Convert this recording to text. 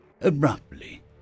abruptly